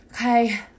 okay